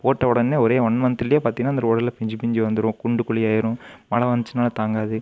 போட்ட உடனே ஒரே ஒன் மந்த்லேயே பார்த்தீங்கன்னா அந்த ரோடெல்லாம் பிய்ஞ்சு பிய்ஞ்சு வந்துடும் குண்டு குழியாயிரும் மழை வந்துச்சுன்னா தாங்காது